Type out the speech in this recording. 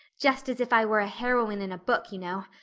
just as if i were a heroine in a book, you know.